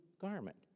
garment